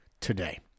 today